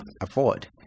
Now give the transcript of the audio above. afford